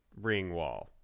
Ringwall